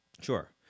Sure